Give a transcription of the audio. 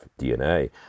DNA